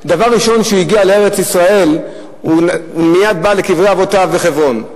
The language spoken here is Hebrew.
דבר ראשון כשהוא הגיע לארץ-ישראל הוא מייד בא לקברי אבותיו בחברון,